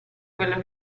quello